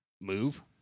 move